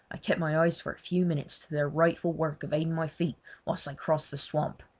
i kept my eyes for a few minutes to their rightful work of aiding my feet whilst i crossed the swamp.